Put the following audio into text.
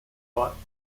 warten